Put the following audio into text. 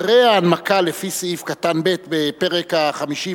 אחרי ההנמקה לפי סעיף קטן (ב) בפרק החמישי,